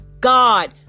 God